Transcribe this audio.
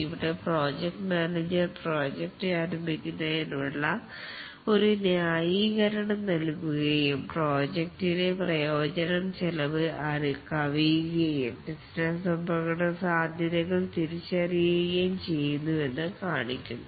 ഇവിടെ project manager project ആരംഭിക്കുന്നതിനുള്ള ഒരു ന്യായീകരണം നൽകുകയുംപ്രോജക്റ്റിനെ പ്രയോജനം ചെലവ് കവിയുകയും ബിസിനസ് അപകടസാധ്യതകൾ തിരിച്ചറിയുകയും ചെയ്യുന്നു എന്ന് കാണിക്കുന്നു